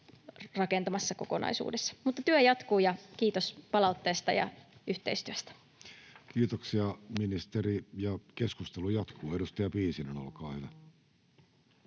rakentamassa kokonaisuudessa. Mutta työ jatkuu, ja kiitos palautteesta ja yhteistyöstä. Kiitoksia, ministeri. — Ja keskustelu jatkuu, edustaja Piisinen, olkaa hyvä.